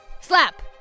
Slap